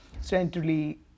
centrally